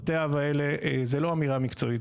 זו לא אמירה מקצועית,